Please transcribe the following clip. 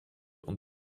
und